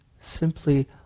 simply